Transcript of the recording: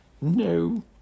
No